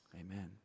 amen